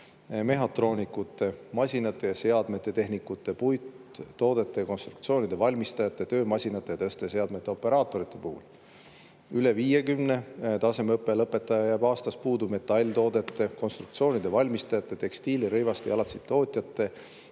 mehhatroonikud, masinate ja seadmete tehnikud, puittoodete ja konstruktsioonide valmistajad, töömasinate ja tõsteseadmete operaatorid. Üle 50 tasemeõppe lõpetaja jääb aastas puudu metalltoodete ja konstruktsioonide valmistajate, tekstiili-, rõiva- ja jalatsitootjate,